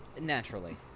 Naturally